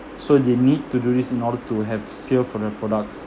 so they need to do this in order to have sale for their products